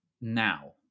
now